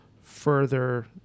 further